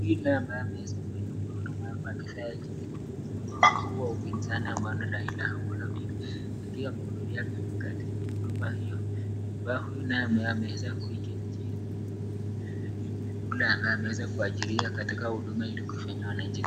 Hii nayo ameweza kuweka mkononi kwa hakikisha kwengine mkuu wa upinzani Raila Odinga akiwa amehudhuria huduma hiyo ambao huyu naye ameweza kuketi chini. Mwengine ni yule ameweza kuajiriwa ili kufanya huduma.